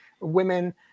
women